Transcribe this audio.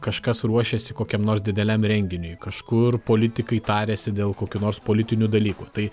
kažkas ruošiasi kokiam nors dideliam renginiui kažkur politikai tariasi dėl kokių nors politinių dalykų tai